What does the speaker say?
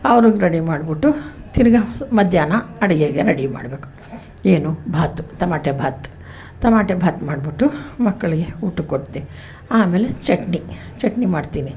ಅವ್ರಿಗೆ ರೆಡಿ ಮಾಡಿಬಿಟ್ಟು ತಿರ್ಗಾ ಮಧ್ಯಾಹ್ನ ಅಡುಗೆಗೆ ರೆಡಿ ಮಾಡಬೇಕು ಏನು ಭಾತು ಟೊಮಟೆ ಭಾತು ತೊಮಟೆ ಭಾತು ಮಾಡಿಬಿಟ್ಟು ಮಕ್ಕಳಿಗೆ ಊಟಕ್ಕೆ ಕೊಡ್ತೆ ಆಮೇಲೆ ಚಟ್ನಿ ಚಟ್ನಿ ಮಾಡ್ತೀನಿ